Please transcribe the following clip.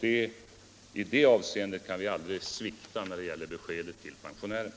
I det avseendet kan vi aldrig svikta när det gäller beskedet till pensionärerna.